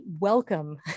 welcome